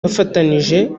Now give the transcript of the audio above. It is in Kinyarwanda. bafatanije